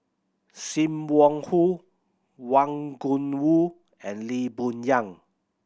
Sim Wong Hoo Wang Gungwu and Lee Boon Yang